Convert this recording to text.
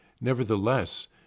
nevertheless